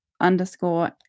underscore